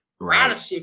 Right